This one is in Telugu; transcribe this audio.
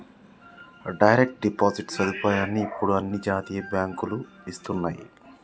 డైరెక్ట్ డిపాజిట్ సదుపాయాన్ని ఇప్పుడు అన్ని జాతీయ బ్యేంకులూ ఇస్తన్నయ్యి